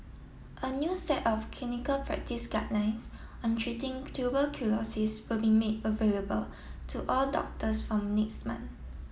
a new set of clinical practice guidelines on treating tuberculosis will be made available to all doctors from next month